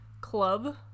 club